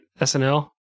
SNL